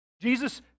Jesus